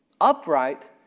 upright